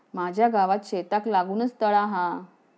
माझ्या गावात शेताक लागूनच तळा हा